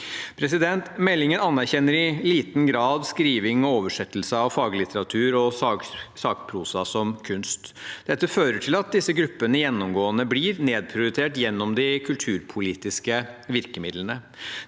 frihet. Meldingen anerkjenner i liten grad skriving og oversettelse av faglitteratur og sakprosa som kunst. Dette fører til at disse gruppene gjennomgående blir nedprioritert gjennom de kulturpolitiske virkemidlene.